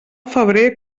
febrer